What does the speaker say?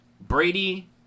Brady